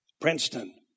Princeton